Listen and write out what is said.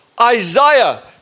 Isaiah